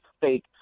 fake